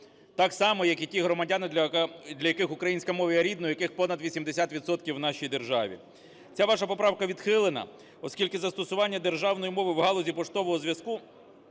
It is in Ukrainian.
так само як і ті громадяни, для яких українська мова є рідною, яких понад 80 відсотків в нашій державі. Ця ваша поправка відхилена, оскільки застосування державної мови в галузі поштового зв'язку